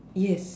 yes